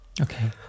Okay